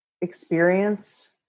experience